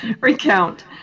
Recount